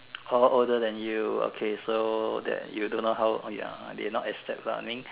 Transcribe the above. how older than you okay so that you don't know how oh ya they not accept lah I mean